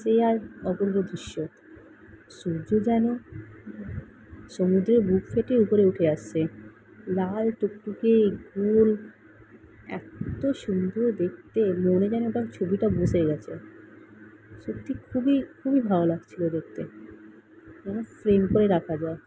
সেই এক অপূর্ব দৃশ্য সূর্য যেন সমুদ্রের বুক ফেটে উপরে উঠে আসছে লাল টুকটুকে গোল এত্ত সুন্দর দেখতে মনে যেন ওটা ছবিটা বসে গিয়েছে সত্যি খুবই খুবই ভালো লাগছিল দেখতে যেন ফ্রেম করে রাখা যায়